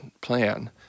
plan